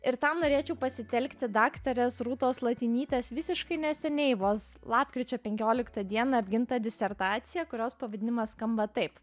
ir tam norėčiau pasitelkti daktarės rūtos latinytės visiškai neseniai vos lapkričio penkioliktą dieną apgintą disertaciją kurios pavadinimas skamba taip